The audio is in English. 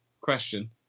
question